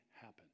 happen